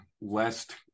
Lest